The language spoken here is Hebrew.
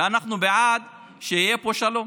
ואנחנו בעד שיהיה פה שלום